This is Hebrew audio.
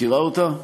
מכירה אותה?